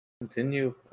continue